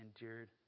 endured